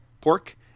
pork